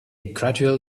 gradual